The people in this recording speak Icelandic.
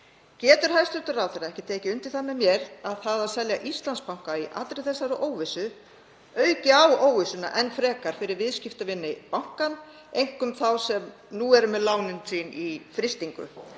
Getur hæstv. ráðherra ekki tekið undir það með mér að það að selja Íslandsbanka í allri þessari óvissu auki á óvissuna enn frekar fyrir viðskiptavini bankans, einkum þá sem nú eru með lánin sín í frystingu,